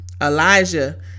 Elijah